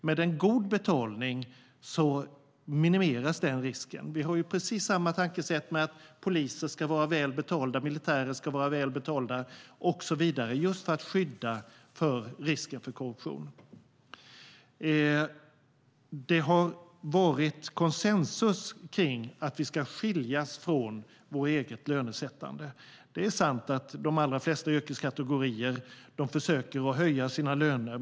Med en god betalning minimeras den risken. Vi har precis samma tankesätt, att poliser, militärer och så vidare ska vara väld betalda just för att minska risken för korruption. Det har varit koncensus om att vi ska skiljas från vårt eget lönesättande. Det är sant att de allra flesta yrkeskategorier försöker höja sina löner.